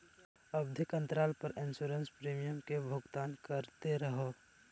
आवधिक अंतराल पर इंसोरेंस प्रीमियम के भुगतान करते रहो